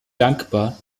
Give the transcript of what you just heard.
dankbar